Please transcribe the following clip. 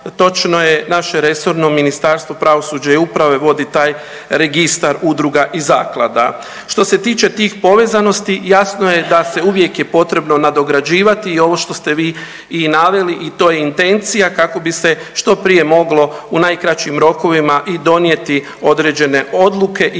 točno je naše resorno Ministarstvo pravosuđa i uprave vodit taj registar udruga i zaklada. Što se tiče tih povezanosti jasno je da se uvijek je potrebno nadograđivati i ovo što ste vi i naveli i to je intencija kako bi se što prije moglo u najkraćim rokovima i donijeti određene odluke i unijeti sve ono što je potrebno i kroz tu